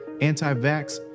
anti-vax